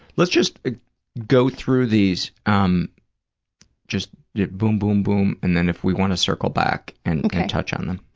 let's just go through these, um just boom, boom, boom, and then if we want to circle back and touch on them.